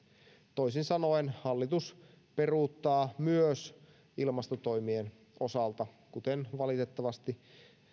toisin sanoen hallitus peruuttaa myös ilmastotoimien osalta kuten valitettavasti